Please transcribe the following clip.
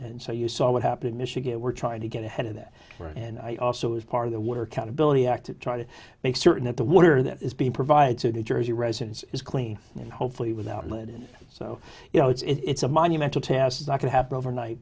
and so you saw what happened in michigan we're trying to get ahead of that for and i also as part of the water countability act to try to make certain that the water that is being provided to the jersey residents is clean and hopefully without unlimited so you know it's a monumental task is not going to happen overnight